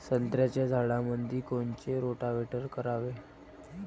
संत्र्याच्या झाडामंदी कोनचे रोटावेटर करावे?